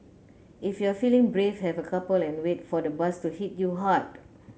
if you're feeling brave have a couple and wait for the buzz to hit you hard